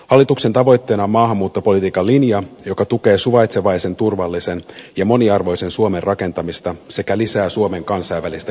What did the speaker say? hallituksen tavoitteena on maahanmuuttopolitiikan linja joka tukee suvaitsevaisen turvallisen ja mo niarvoisen suomen rakentamista sekä lisää suomen kansainvälistä kilpailukykyä